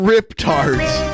Riptards